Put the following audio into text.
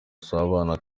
usabana